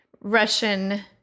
Russian